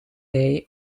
day